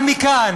אבל מכאן